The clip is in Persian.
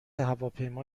هواپیما